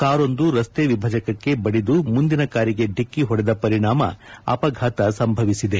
ಕಾರೊಂದು ರಸ್ತೆ ವಿಭಜಕಕ್ಕೆ ಬಡಿದು ಮುಂದಿನ ಕಾರಿಗೆ ಡಿಕ್ಕಿ ಹೊಡೆದ ಪರಿಣಾಮ ಅಪಘಾತ ಸಂಭವಿಸಿದೆ